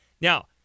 Now